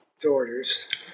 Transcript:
daughters